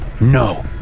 No